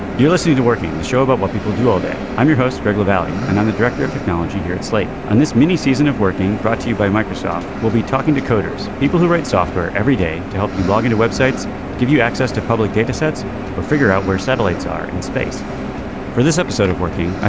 you're listening to working the show about what people do all day. i'm your host greg regular valley and i'm the director of technology here at slate. and this mini season of working brought to you by microsoft. we'll be talking to coders people who write software every day to help you log into web sites give you access to public data sets figure out where satellites are in space for this episode of working. ah